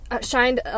shined